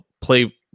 play